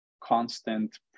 constant